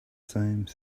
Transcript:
same